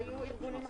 היו ארגונים אחרים.